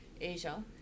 Asia